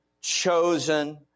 Chosen